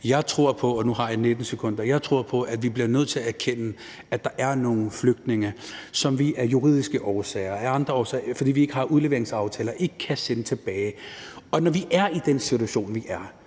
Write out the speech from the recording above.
taletid – at vi bliver nødt til at erkende, at der er nogle flygtninge, som vi af juridiske og andre årsager, fordi vi ikke har udleveringsaftaler, ikke kan sende tilbage. Og når vi er i den situation, vi er